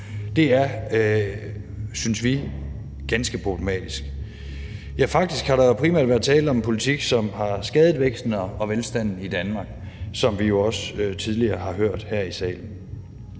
Det er, synes vi, ganske problematisk. Faktisk har der primært været tale om en politik, som har skadet væksten og velstanden i Danmark, hvilket vi jo også tidligere har hørt her i salen.